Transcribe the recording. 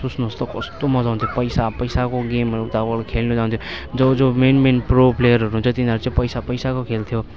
सोच्नुहोस् त कस्तो मजा आउँथ्यो पैसा पैसाको गेमहरू हुँदा अब खेल्नु जान्थ्यो जो जो मेन मेन प्रो प्लेयर हुन्छ तिनीहरू चाहिँ पैसा पैसाको खेल्थ्यो